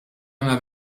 nhar